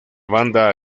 banda